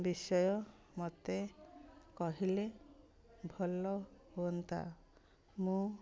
ବିଷୟ ମୋତେ କହିଲେ ଭଲ ହୁଅନ୍ତା ମୁଁ